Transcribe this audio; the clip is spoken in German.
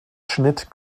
schnitt